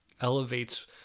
elevates